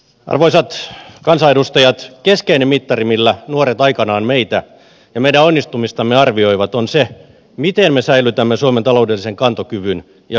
arvoisat kansanedustajat keskeinen mittari millä nuoret aikanaan meitä ja meidän onnistumistamme arvioivat on se miten me säilytämme suomen taloudellisen kantokyvyn ja hyvinvoinnin